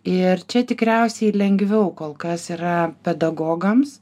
ir čia tikriausiai lengviau kol kas yra pedagogams